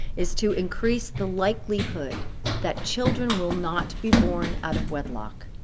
is to increase the likelihood that children will not be born out of wedlock?